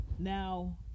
Now